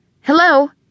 Hello